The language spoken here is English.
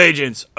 Agents